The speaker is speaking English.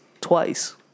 twice